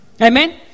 Amen